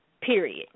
period